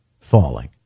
falling